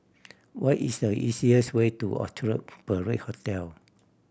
what is the easiest way to Orchard Parade Hotel